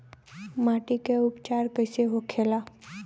माटी के उपचार कैसे होखे ला?